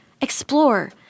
explore